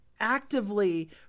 actively